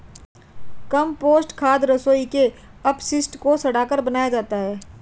compost खाद रसोई के अपशिष्ट को सड़ाकर बनाया जाता है